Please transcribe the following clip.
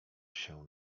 się